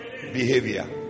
behavior